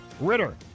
Ritter